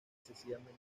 excesivamente